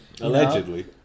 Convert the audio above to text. allegedly